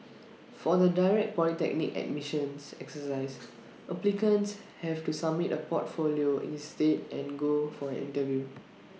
for the direct polytechnic admissions exercise applicants have to submit A portfolio instead and go for an interview